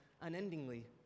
unendingly